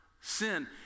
sin